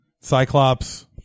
Cyclops